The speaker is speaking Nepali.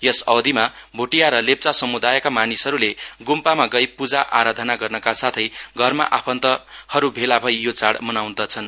यस अवधिमा भोटिया र लेप्वा समुदायका मानिसहरुले गुम्पामा गई पूजा आराधना गर्नका साथै घरमा आफन्तहरु भेल भई यो यौ चाढ़ मनाउँछन्